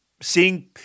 seeing –